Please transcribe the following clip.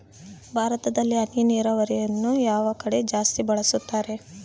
ಭಾರತದಲ್ಲಿ ಹನಿ ನೇರಾವರಿಯನ್ನು ಯಾವ ಕಡೆ ಜಾಸ್ತಿ ಬಳಸುತ್ತಾರೆ?